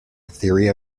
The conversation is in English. theory